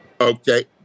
Okay